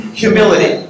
humility